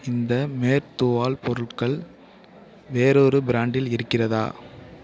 இந்த மேற்தூவல் பொருட்கள் வேறொரு பிராண்டில் இருக்கிறதா